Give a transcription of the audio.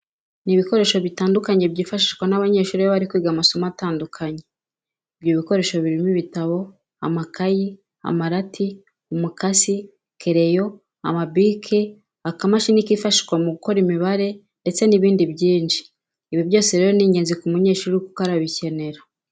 Ni ibikoresho bitandukanye byifashishwa n'abanyeshuri iyo bari kwiga amasomo atandukanye. Ibyo bikoresho birimo ibitabo, amakayi, amarati, umukasi, kereyo, amabike, akamashini kifashishwa mu gukora imibare ndetse n'ibindi byinshi. Ibi byose rero ni ingenzi ku munyeshuri kuko arabikenera.